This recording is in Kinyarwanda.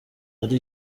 ari